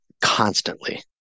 constantly